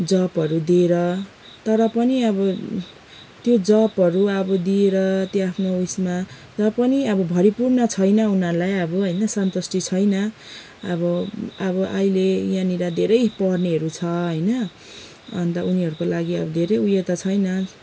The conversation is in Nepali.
जबहरू दिएर तर पनि अब त्यो जबहरू अब दिएर त्यो आफ्नो ऊ यसमा र पनि अब भरिपूर्ण छैन उनीहरूलाई अब होइन सन्तुष्टी छैन अब अब अहिले यहाँनिर धेरै पढ्नेहरू छ होइन अन्त उनीहरूको लागि धेरै उयो त छैन